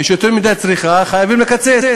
יש יותר מדי צריכה, חייבים לקצץ.